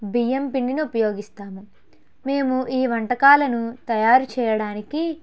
బియ్యం పిండిని ఉపయోగిస్తాము మేము ఈ వంటకాలను తయారుచేయడానికి